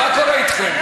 מה קורה אתכם?